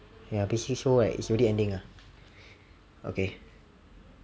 ya basically so like it's already ending ah okay